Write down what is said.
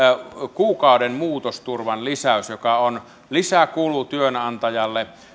kuukauden muutosturvan lisäys joka on lisäkulu työnantajalle